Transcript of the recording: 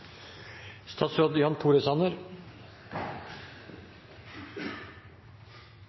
statsråd Jan Tore Sanner,